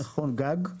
נכון - גג.